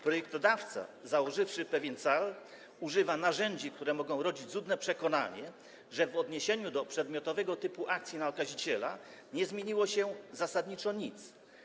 Projektodawca, założywszy pewien cel, używa narzędzi, które mogą rodzić złudne przekonanie, że w odniesieniu do przedmiotowego typu akcji na okaziciela nie zmieniło się zasadniczo nic.